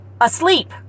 asleep